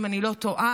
אם אני לא טועה,